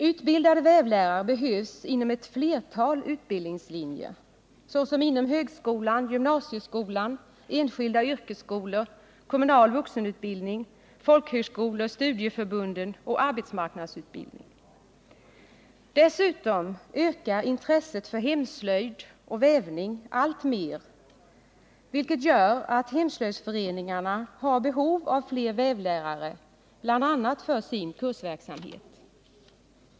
Utbildade vävlärare behövs inom ett flertal utbildningslinjer, såsom inom högskolan, gymnasieskolan, enskilda yrkesskolor, kommunal vuxenutbild ning, folkhögskolor, studieförbunden och arbetsmarknadsutbildningen. Dessutom ökar intresset för hemslöjd och vävning alltmer, vilket gör att hemslöjdsföreningarna har behov av fler vävlärare, bl.a. för sin kursverksamhet.